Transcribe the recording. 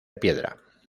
piedra